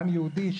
בעם יהודי,